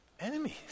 enemies